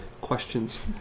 questions